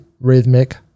rhythmic